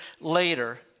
later